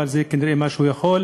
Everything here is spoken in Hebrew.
אבל זה כנראה מה שהוא יכול,